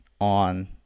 on